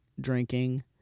drinking